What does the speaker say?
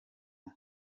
inc